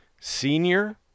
Senior